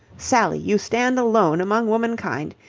sally, you stand alone among womankind.